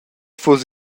fuss